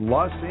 Los